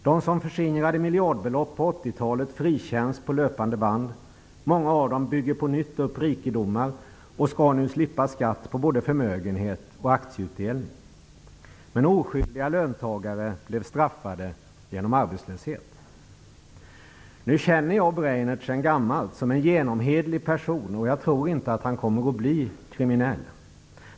De som förskingrade miljardbelopp på 1980-talet frikänns på löpande band, och många av dem bygger på nytt upp rikedomar. De skall nu slippa skatt på både förmögenhet och aktieutdelning. Men oskyldiga löntagare blir straffade genom arbetslöshet. Nu känner jag Breinert sedan gammalt såsom en genomhederlig person, och jag tror inte att han kommer att bli kriminell.